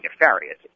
nefarious